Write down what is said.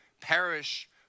perish